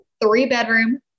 three-bedroom